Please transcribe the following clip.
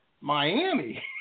Miami